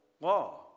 law